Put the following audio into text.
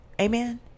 Amen